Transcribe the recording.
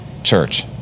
church